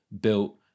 built